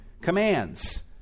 commands